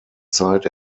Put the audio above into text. zeit